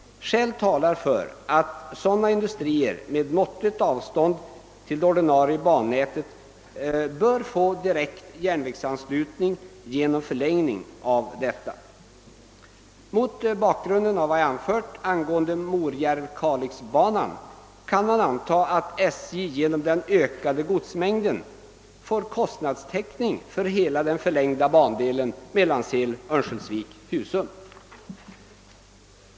Skäl talar för att sådana industrier med måttligt avstånd till det ordinarie bannätet bör få direkt järnvägsanslutning genom förlängning av bansträckorna. Mot bakgrund av vad jag här anfört angående Morjärv—Kalixbanan kan man anta att SJ genom den ökade godsmängden får kostnadstäckning för hela den förlängda bandelen Mellansel-Örnsköldsvik—Husum.